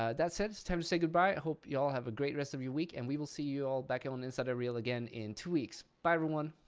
ah that said, it's time to say goodbye. i hope you all have a great rest of your week and we will see you all back on inside unreal again in two weeks. bye, everyone.